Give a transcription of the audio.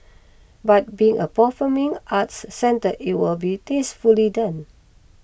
but being a performing arts centre it will be tastefully done